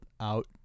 out